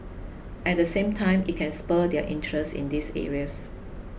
at the same time it can spur their interest in these areas